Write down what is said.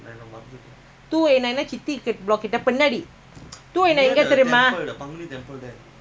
two nine nine எங்கதெரியுமா:enka theriyuma my old block two seven five